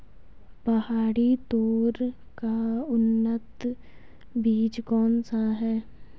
पहाड़ी तोर का उन्नत बीज कौन सा है?